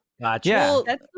Gotcha